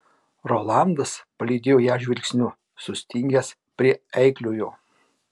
rolandas palydėjo ją žvilgsniu sustingęs prie eikliojo